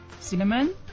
Cinnamon